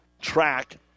track